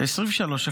ב-2023.